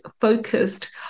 focused